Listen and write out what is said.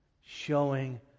Showing